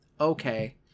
okay